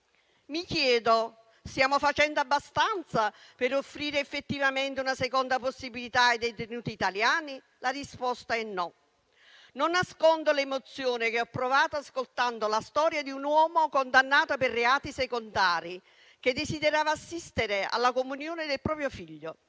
Mi chiedo: stiamo facendo abbastanza per offrire effettivamente una seconda possibilità ai detenuti italiani? La risposta è no. Non nascondo l'emozione che ho provato ascoltando la storia di un uomo condannato per reati secondari, che desiderava assistere alla comunione del proprio figlio